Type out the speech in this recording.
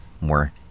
more